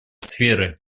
сферы